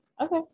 okay